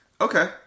Okay